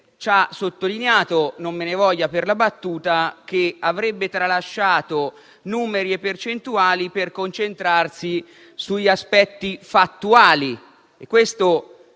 ci ha sottolineato - non me ne voglia per la battuta - che avrebbe tralasciato numeri e percentuali per concentrarsi sugli aspetti fattuali. Questo